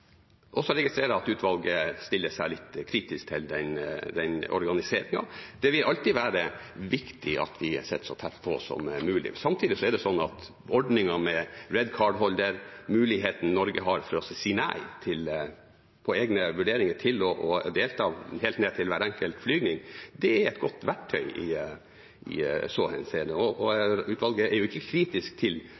og jeg registrerer at utvalget stiller seg litt kritisk til den organiseringen. Det vil alltid være viktig at vi sitter så tett på som mulig. Samtidig er ordningen med «Red Card Holder» – muligheten Norge har til etter egne vurderinger å si nei til å delta, helt ned til hver enkelt flygning – et godt verktøy i så henseende. Utvalget er jo ikke kritisk til